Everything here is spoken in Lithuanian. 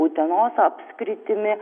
utenos apskritimi